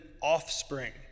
offspring